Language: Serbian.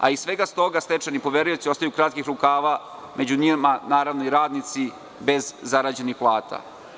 Iz svega toga stečajni poverioci ostaju kratkih rukava, među njima naravno i radnici bez zarađenih plata.